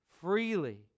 Freely